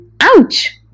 Ouch